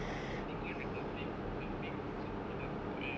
and eating all the kambing the kambing semua makan rumput kan